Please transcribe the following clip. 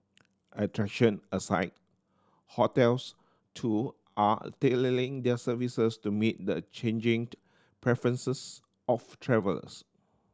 attraction aside hotels too are tailoring their services to meet the changing preferences of travellers